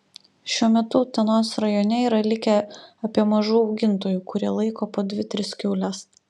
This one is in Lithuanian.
šiuo metu utenos rajone yra likę apie mažų augintojų kurie laiko po dvi tris kiaules